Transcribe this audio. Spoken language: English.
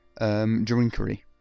drinkery